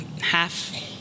half